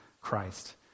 Christ